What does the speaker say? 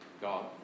God